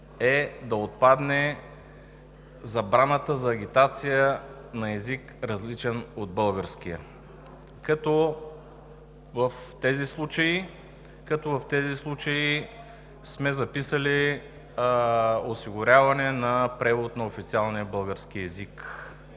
е да отпадне забраната за агитация на език, различен от българския, като в тези случаи сме записали „осигуряване на превод на официалния български език“.